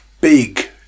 big